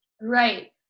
Right